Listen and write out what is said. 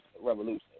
Revolution